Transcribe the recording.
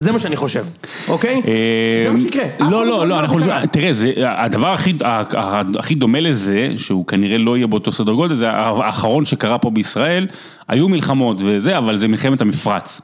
זה מה שאני חושב, אוקיי? זה מה שיקרה. לא, לא, לא, אנחנו... תראה, הדבר הכי דומה לזה, שהוא כנראה לא יהיה באותו סדר גודל, זה האחרון שקרה פה בישראל, היו מלחמות וזה, אבל זה מלחמת המפרץ.